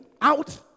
out